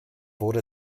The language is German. wurde